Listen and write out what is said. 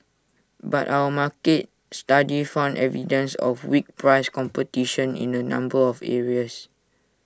but our market study found evidence of weak price competition in A number of areas